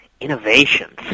Innovations